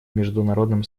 международным